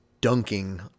dunking